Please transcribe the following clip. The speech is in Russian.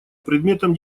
предметом